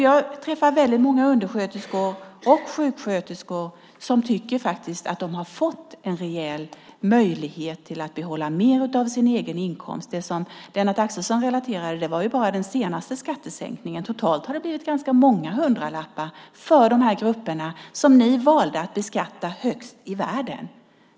Jag träffar väldigt många undersköterskor och sjuksköterskor som faktiskt tycker att de har fått en rejäl möjlighet att behålla mer av sin egen inkomst. Det som Lennart Axelsson relaterade var bara den senaste skattesänkningen. Totalt har det blivit ganska många hundralappar för de grupper som ni valde att beskatta högst i världen.